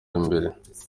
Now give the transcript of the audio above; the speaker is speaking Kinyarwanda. imbere